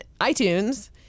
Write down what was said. iTunes